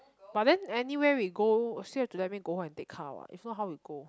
but then anywhere we go still have to let me go home take car what if not how we go